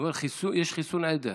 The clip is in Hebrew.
יש חיסון עדר.